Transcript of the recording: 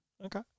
Okay